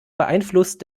beeinflusst